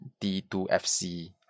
D2FC